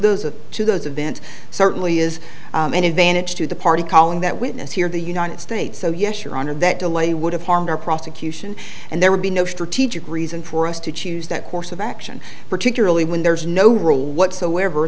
those of to those events certainly is an advantage to the party calling that witness here in the united states so yes your honor that delay would have harmed our prosecution and there would be no strategic reason for us to choose that course of action particularly when there is no role whatsoever